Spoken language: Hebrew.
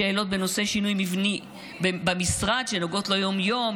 שאלות בנושא שינוי מבני במשרד שנוגעות ליום-יום,